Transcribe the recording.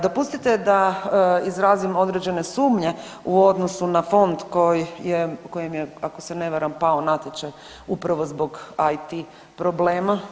Dopustite da izrazim određene sumnje u odnosu na fond koji je, kojem je, ako se ne varam, pao natječaj upravo zbog IT problema.